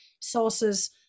sources